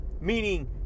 meaning